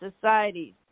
societies